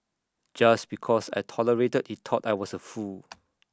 just because I tolerated he thought I was A fool